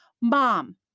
Mom